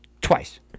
Twice